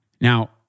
Now